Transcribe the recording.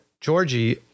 Georgie